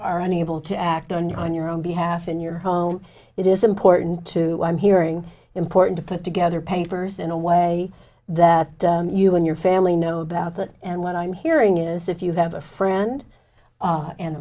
unable to act on you on your own behalf in your home it is important to i'm hearing important to put together papers in a way that you and your family know about that and what i'm hearing is if you have a friend